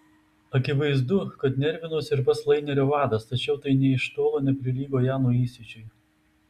akivaizdu kad nervinosi ir pats lainerio vadas tačiau tai nė iš tolo neprilygo jano įsiūčiui